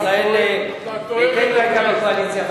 וישראל ביתנו היתה בקואליציה,